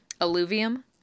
alluvium